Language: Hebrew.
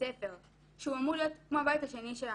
ספר שהוא אמור להיות כמו הבית השני שלנו?